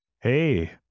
Hey